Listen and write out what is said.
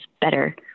better